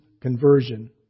conversion